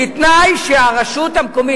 ובתנאי שהרשות המקומית,